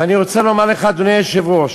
ואני רוצה לומר לך, אדוני היושב-ראש,